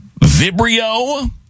Vibrio